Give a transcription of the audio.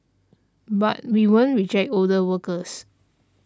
but we won't reject older workers